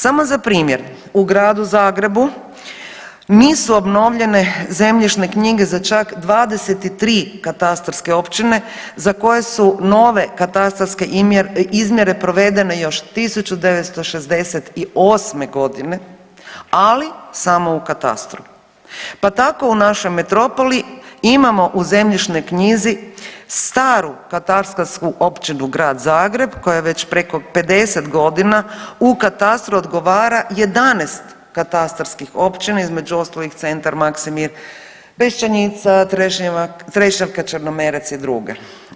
Samo za primjer, u Gradu Zagrebu nisu obnovljene zemljišne knjige za čak 23 katastarske općine za koje su nove katastarske izmjere provedene još 1968.g., ali samo u katastru, pa tako u našoj metropoli imamo u zemljišnoj knjizi staru katastarsku općinu Grad Zagreb koja je već preko 50.g. u katastru odgovara 11 katastarskih općina, između ostalih centar Maksimir, Pešćenica, Trešnjevka, Črnomerec i druge.